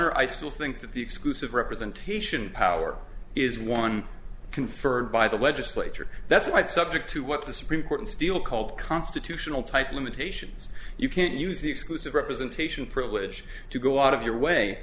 or i still think that the exclusive representation power is one conferred by the legislature that's right subject to what the supreme court still called constitutional type limitations you can't use the exclusive representation privilege to go out of your way